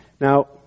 Now